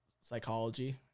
psychology